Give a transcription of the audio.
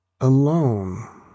alone